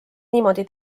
niimoodi